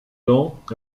temps